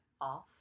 off